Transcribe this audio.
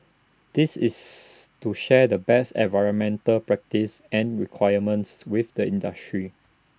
this is to share the best environmental practices and requirements with the industry